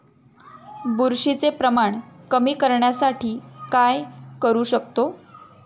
बुरशीचे प्रमाण कमी करण्यासाठी काय करू शकतो?